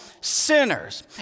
sinners